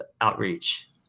outreach